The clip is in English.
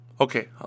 Okay